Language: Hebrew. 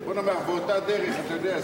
בוא ונאמר: באותה דרך, אתה יודע,